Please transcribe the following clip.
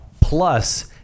Plus